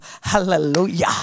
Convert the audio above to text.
Hallelujah